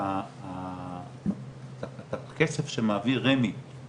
חוץ מזה הכול יהיה רלוונטי רק